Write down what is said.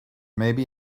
maybe